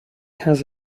has